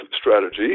strategy